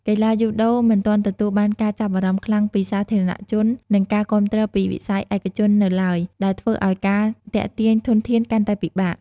កីឡាយូដូមិនទាន់ទទួលបានការចាប់អារម្មណ៍ខ្លាំងពីសាធារណជន និងការគាំទ្រពីវិស័យឯកជននៅឡើយ ដែលធ្វើឲ្យការទាក់ទាញធនធានកាន់តែពិបាក ។